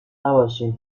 نباشین